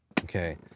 okay